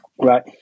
right